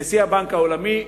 נשיא הבנק העולמי,